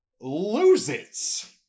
loses